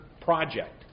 project